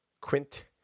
Quint